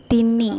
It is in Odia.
ତିନି